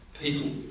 people